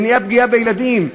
מניעת פגיעה בילדים.